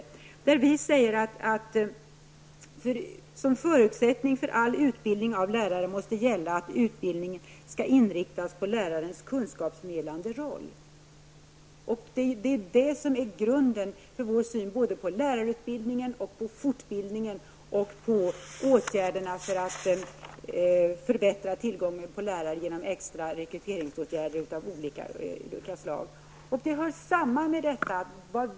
Vi moderater säger att som förutsättning för all utbildning av lärare måste gälla att utbildningen skall inriktas på lärarnas kunskapsförmedlande roll. Det är det som är grunden för vår syn på lärarutbildning, på fortbildning och på åtgärder för att förbättra tillgången på lärare i form av extra rekryteringsåtgärder av olika slag.